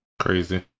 Crazy